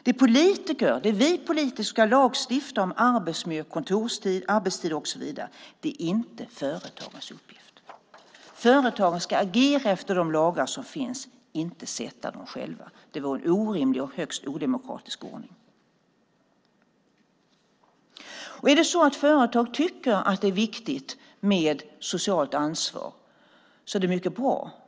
Det är vi politiker som ska lagstifta om arbetsmiljö, arbetstider och så vidare. Det är inte företagens uppgift. Företagen ska agera efter de lagar som finns - inte själva skapa dem. Det vore en orimlig och högst odemokratisk ordning. Om företag tycker att det är viktigt med socialt ansvar är det mycket bra.